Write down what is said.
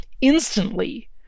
instantly